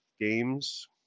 games